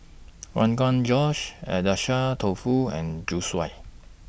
Rogan Josh Agedashi Dofu and Zosui